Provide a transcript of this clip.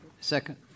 Second